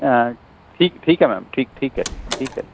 ਠੀਕ ਠੀਕ ਹੈ ਮੈਮ ਠੀਕ ਠੀਕ ਹੈ ਠੀਕ ਹੈ